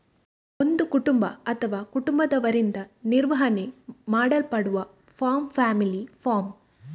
ಒಂದು ಕುಟುಂಬ ಅಥವಾ ಕುಟುಂಬದವರಿಂದ ನಿರ್ವಹಣೆ ಮಾಡಲ್ಪಡುವ ಫಾರ್ಮ್ ಫ್ಯಾಮಿಲಿ ಫಾರ್ಮ್